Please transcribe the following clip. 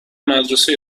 مدرسه